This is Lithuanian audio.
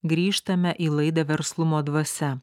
grįžtame į laidą verslumo dvasia